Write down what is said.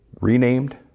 renamed